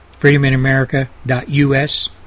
FreedomInAmerica.us